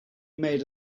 made